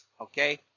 Okay